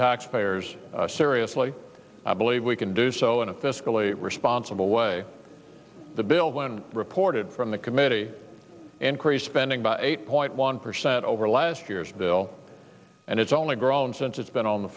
taxpayers seriously i believe we can do so in a fiscally responsible way the bill one reported from the committee and create spending by eight point one percent over last year's bill and it's only grown since it's been on the